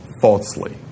falsely